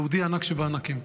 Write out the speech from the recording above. יהודי ענק, שבל נקל.